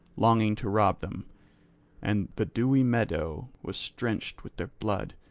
longing to rob them and the dewy meadow was drenched with their blood,